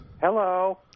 hello